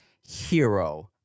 Hero